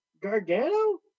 Gargano